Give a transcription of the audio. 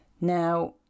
Now